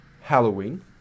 Halloween